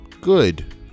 good